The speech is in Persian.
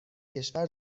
کشور